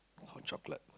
hot chocolate